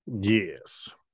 Yes